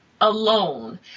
alone